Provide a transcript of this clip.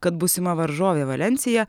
kad būsima varžovė valensija